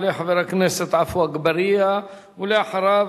יעלה חבר הכנסת עפו אגבאריה, ואחריו,